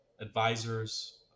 advisors